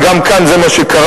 וגם כאן זה מה שקרה,